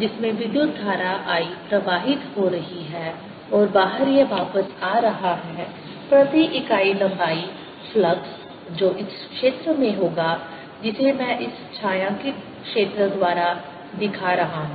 जिसमे विद्युत् धारा I प्रवाहित हो रही है और बाहर यह वापस आ रहा है प्रति इकाई लंबाई फ्लक्स जो इस क्षेत्र में होगा जिसे मैं इस छायांकित क्षेत्र द्वारा दिखा रहा हूं